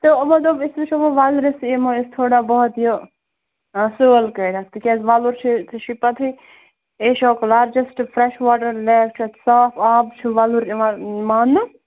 تہٕ یِمَو دوٚپ أسۍ وُچھو وۅنۍ وۅلرِس یِمَو أسۍ تھوڑا بہت یہِ سٲر کٔرِتھ تِکیٛازِ وۄلُر چھُ ژےٚ چھےٚ پَتہٕ ہٕے ایشیاہُک لارجٮ۪سٹہٕ فریش واٹر لٮ۪ک چھُ ییٚتہِ صاف آب چھُ وۄلُر یِوان ماننہٕ